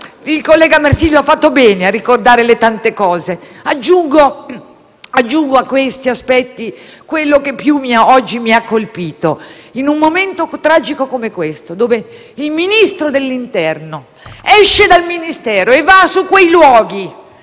Il collega Marsilio ha fatto bene a ricordare tante cose. Aggiungo a questi aspetti quello che più oggi mi ha colpito. In un momento tragico come questo, in cui il Ministro dell'interno esce dal Ministero e va su quei luoghi